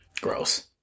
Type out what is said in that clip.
gross